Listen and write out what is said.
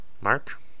Mark